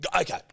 Okay